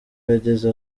yageze